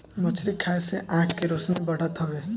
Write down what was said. मछरी खाए से आँख के रौशनी बढ़त हवे